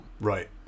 Right